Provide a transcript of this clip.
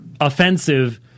offensive